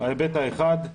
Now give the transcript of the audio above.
ההיבט האחד,